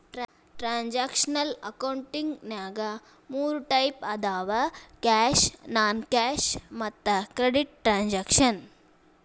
transactional ಅಕೌಂಟಿನ್ಯಾಗ ಮೂರ್ type ಅದಾವ ಕ್ಯಾಶ್ ನಾನ್ ಕ್ಯಾಶ್ ಮತ್ತ ಕ್ರೆಡಿಟ್ ಟ್ರಾನ್ಸಾಕ್ಷನ